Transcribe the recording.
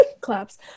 claps